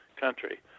country